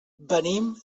venim